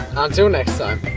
until next time!